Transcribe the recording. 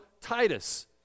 Titus